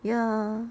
ya